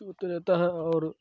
اور